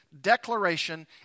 declaration